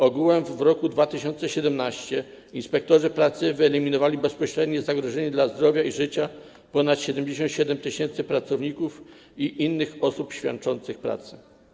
Ogółem w roku 2017 inspektorzy pracy wyeliminowali bezpośrednie zagrożenie dla zdrowia i życia ponad 77 tys. pracowników i innych osób świadczących pracę.